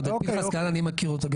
את פנחס כהנא אני מכיר גם.